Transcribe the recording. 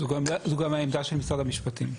זו גם העמדה של משרד המשפטים.